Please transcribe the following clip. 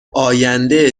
آینده